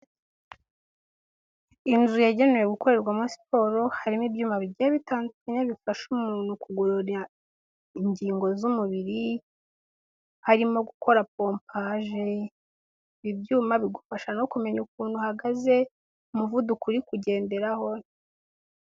Inzuzu yagenewe gukorerwamo siporo, harimo ibyuma bigiye bitandukanye, bifasha umuntu kugorora ingingo z'umubiri, harimo gukora pompaje, ibyuma bigufasha no kumenya ukuntu uhagaze, uvuduko uri kugenderaho,